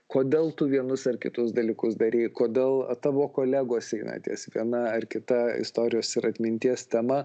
kodėl tu vienus ar kitus dalykus darei kodėl tavo kolegos eina ties viena ar kita istorijos ir atminties tema